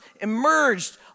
emerged